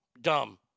Dumb